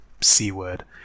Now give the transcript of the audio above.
c-word